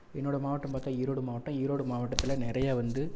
என்னோடய மாவட்டம் பார்த்தா ஈரோடு மாவட்டம் ஈரோடு மாவட்டத்தில் நிறையா வந்து